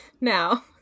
now